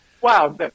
Wow